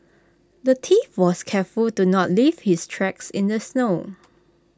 the thief was careful to not leave his tracks in the snow